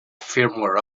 firmware